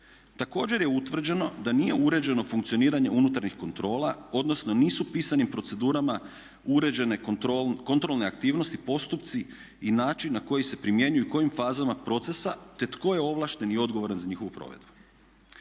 Također je utvrđeno da nije uređeno funkcioniranje unutarnjih kontrola, odnosno nisu pisanim procedurama uređene kontrolne aktivnosti, postupci i način na koji se primjenjuju i kojim fazama procesa, te tko je ovlašten i odgovoran za njihovu provedbu.